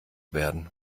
werden